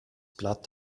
blatt